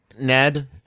Ned